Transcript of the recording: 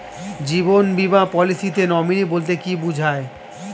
জীবন বীমা পলিসিতে নমিনি বলতে কি বুঝায়?